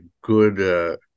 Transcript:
good